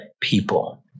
people